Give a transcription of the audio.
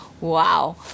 Wow